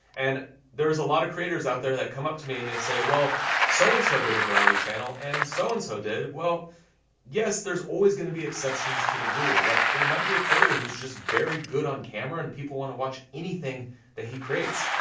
and there is a lot of creators out there that come up to me, and they say, well so so-and-so so did a variety channel, and so so-and-so so did. well yes there's always gonna be exceptions to the rule. like, there might be a creator who's just very good on camera, and people wanna watch anything that he creates.